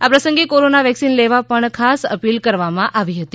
આ પ્રસંગે corona vaccine લેવા પણ ખાસ અપીલ કરાઇ હતી